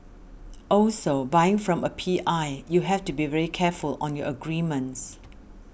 also buying from a P I you have to be very careful on your agreements